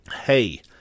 Hey